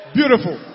Beautiful